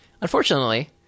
Unfortunately